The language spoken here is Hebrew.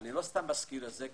אני לא סתם מזכיר את זה.